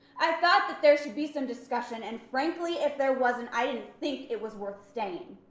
i thought that there should be some discussion and frankly if there wasn't i didn't think it was worth staying.